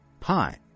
Pi